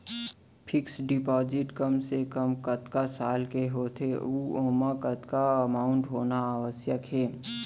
Fix deposit कम से कम कतका साल के होथे ऊ ओमा कतका अमाउंट होना आवश्यक हे?